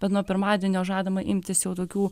bet nuo pirmadienio žadama imtis jau tokių